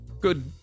Good